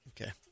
Okay